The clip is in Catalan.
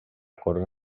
corona